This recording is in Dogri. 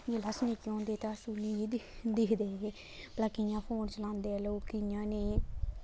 जिसलै अस निक्के होंदे ते अस उ'नें गी दिक्ख दिक्खदे हे भला कि'यां फोन चलांदे ऐ लोक कि'यां नेईं